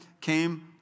came